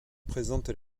présentent